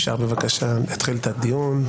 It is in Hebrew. אפשר בבקשה להתחיל את הדיון?